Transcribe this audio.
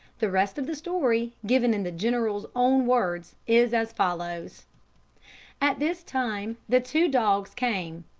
the rest of the story, given in the general's own words, is as follows at this time the two dogs came,